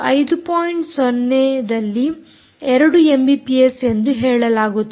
0 ದಲ್ಲಿ 2 ಎಮ್ಬಿಪಿಎಸ್ ಎಂದು ಹೇಳಲಾಗುತ್ತದೆ